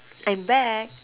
I'm back